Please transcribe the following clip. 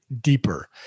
deeper